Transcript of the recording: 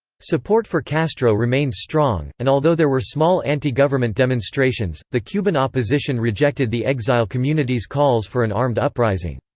support for castro remained strong, and although there were small anti-government demonstrations, the cuban opposition rejected the exile community's calls for an armed uprising.